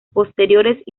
posteriores